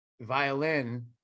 violin